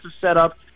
setup